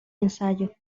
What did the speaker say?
ensayo